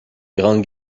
grande